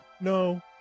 No